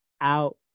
out